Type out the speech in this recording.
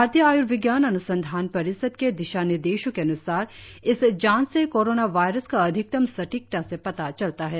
भारतीय आयुर्विज्ञान अन्संधान परिषद के दिशा निर्देशों के अन्सार इस जांच से कोरोना वायरस का अधिकतम सटीकता से पता चलता है